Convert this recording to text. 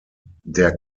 der